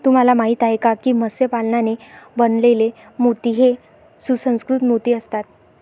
तुम्हाला माहिती आहे का की मत्स्य पालनाने बनवलेले मोती हे सुसंस्कृत मोती असतात